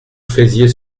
faisiez